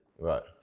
Right